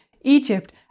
Egypt